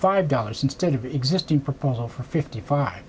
five dollars instead of existing proposal for fifty five